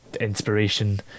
inspiration